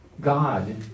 God